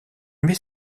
met